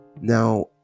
now